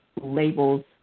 labels